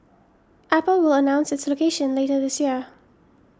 apple will announce its location later this year